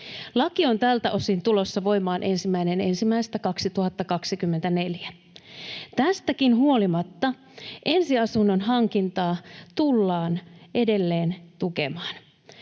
Laki on tältä osin tulossa voimaan 1.1.2024. Tästäkin huolimatta ensiasunnon hankintaa tullaan edelleen tukemaan.